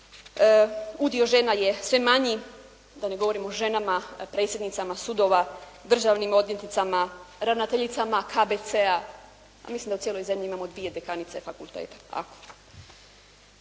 udio žena je sve manji, da ne govorim o ženama predsjednicama sudova, državnim odvjetnicama, ravnateljicama KBC-a. Mislim da u cijeloj zemlji imamo dvije dekanice fakulteta,